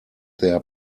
their